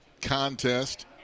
contest